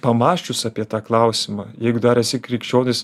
pamąsčius apie tą klausimą jeigu dar esi krikščionis